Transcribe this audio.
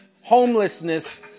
homelessness